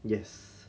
yes